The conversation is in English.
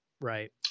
Right